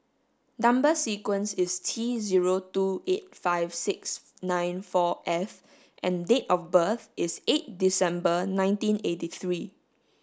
number sequence is T zero two eight five six nine four F and date of birth is eight December nineteen eighty three